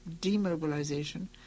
demobilization